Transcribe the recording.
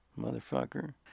motherfucker